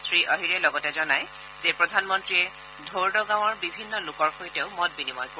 শ্ৰীঅহিৰে লগতে জনাই যে প্ৰধানমন্ত্ৰীয়ে ধোৰ্দ গাঁৱৰ বিভিন্ন লোকৰ সৈতেও মত বিনিময় কৰিব